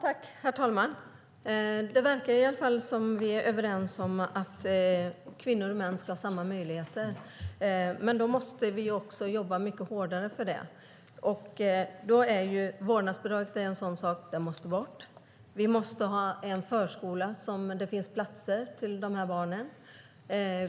Herr talman! Det verkar som om vi är överens om att kvinnor och män ska ha samma möjligheter. Men då måste vi också jobba mycket hårdare för det. Då är vårdnadsbidraget något som måste bort. Vi måste ha en förskola där det finns platser för dessa barn.